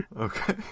Okay